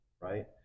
right